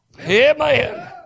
Amen